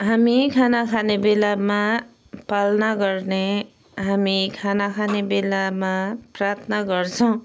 हामी खाना खाने बेलामा पाल्ना गर्ने हामी खाना खाने बेलामा प्रार्थना गर्छौँ